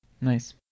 Nice